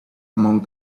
among